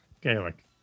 Gaelic